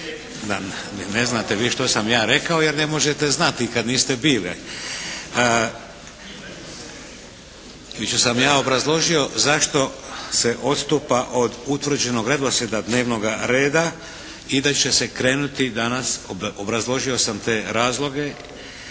ne znate vi što sam ja rekao jer ne možete znati kad niste bili. Jučer sam ja obrazložio zašto se odstupa od utvrđenog redoslijeda dnevnoga reda i da će se krenuti danas, obrazložio sam te razloge